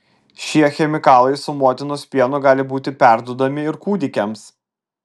šie chemikalai su motinos pienu gali būti perduodami ir kūdikiams